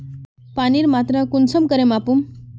पानीर मात्रा कुंसम करे मापुम?